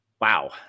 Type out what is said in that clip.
Wow